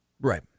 Right